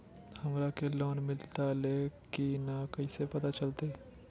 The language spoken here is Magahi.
हमरा के लोन मिलता ले की न कैसे पता चलते?